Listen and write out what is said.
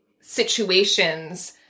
situations